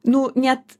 nu net